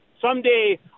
Someday